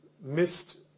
missed